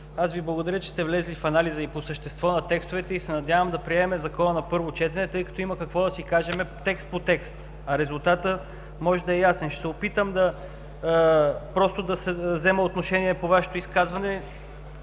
аз Ви благодаря, че сте влезли в анализа и по същество на текстовете, и се надявам да прием Закона на първо чете, тъй като има какво да си кажем – текст по текст. А резултатът може да е ясен. Ще се опитам да взема отношение по Вашето изказване,